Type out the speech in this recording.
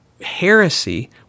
heresy